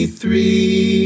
three